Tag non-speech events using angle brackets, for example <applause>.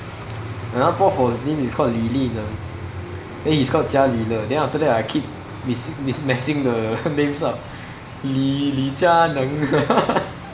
another prof was his name is called lee li neng then he's called jia li le then after that I keep mis~ messing the names up li~ li jia neng <laughs>